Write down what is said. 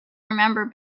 remember